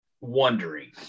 wondering